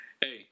Hey